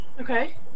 Okay